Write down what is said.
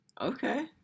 Okay